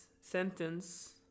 sentence